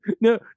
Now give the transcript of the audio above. No